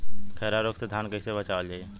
खैरा रोग से धान कईसे बचावल जाई?